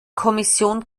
kommission